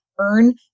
earn